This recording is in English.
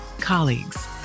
colleagues